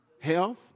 health